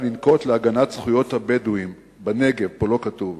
לנקוט להגנת זכויות הבדואים בנגב פה זה לא כתוב,